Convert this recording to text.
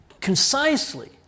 concisely